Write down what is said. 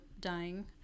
dying